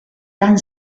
tan